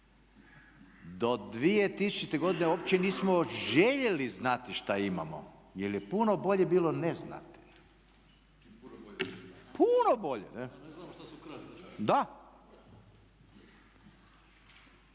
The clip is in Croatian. do 2000. godine uopće nismo željeli znati šta imamo, jer je puno bolje bilo ne znati. Puno bolje. Da. Do 2011. se pokušavalo